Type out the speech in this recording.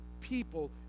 people